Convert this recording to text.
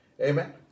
Amen